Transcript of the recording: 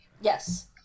Yes